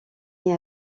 est